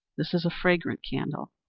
this is a fragrant candle.